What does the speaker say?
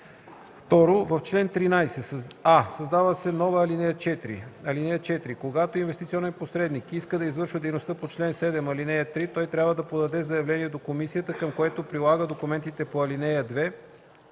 2. В чл. 13: а) създава се нова ал. 4: „(4) Когато инвестиционен посредник иска да извършва дейността по чл. 7, ал. 3, той трябва да подаде заявление до комисията, към което прилага документите по ал. 2,